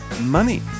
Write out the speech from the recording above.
money